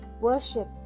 worship